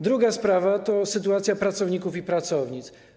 Druga sprawa to sytuacja pracowników i pracownic.